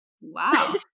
wow